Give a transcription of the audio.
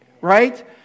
Right